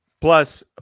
Plus